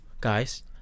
Guys